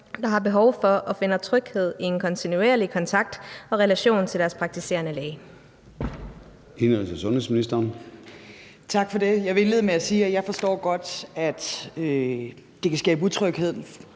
der har behov for og finder tryghed i en kontinuerlig kontakt og relation til deres praktiserende læge?